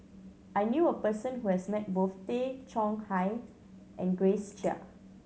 I knew a person who has met both Tay Chong Hai and Grace Chia